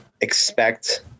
expect